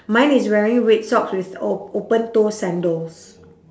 mine is wearing red socks with o~ open toe sandals